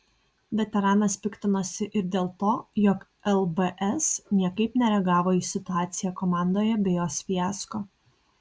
veteranas piktinosi ir dėl to jog lbs niekaip nereagavo į situaciją komandoje bei jos fiasko